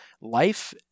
life